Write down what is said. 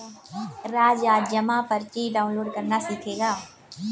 राज आज जमा पर्ची डाउनलोड करना सीखेगा